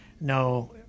no